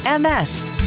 MS